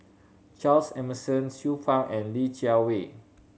Charles Emmerson Xiu Fang and Li Jiawei